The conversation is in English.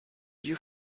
you